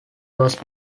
was